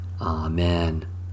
Amen